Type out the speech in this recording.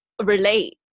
relate